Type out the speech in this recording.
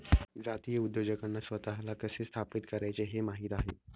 जातीय उद्योजकांना स्वतःला कसे स्थापित करायचे हे माहित आहे